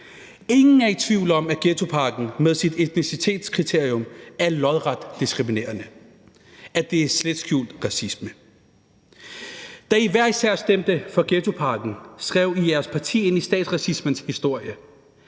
Ingen er i tvivl om, at ghettoparken med sit etnicitetskriterium er lodret diskriminerende; at det er slet skjult racisme. Da i hver især stemte for ghettopakken, skrev i jeres parti ind i statsracismens historie,